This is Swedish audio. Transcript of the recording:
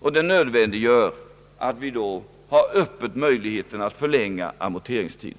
och den nödvändiggör att vi håller möjligheterna öppna att förlänga amorteringstiden.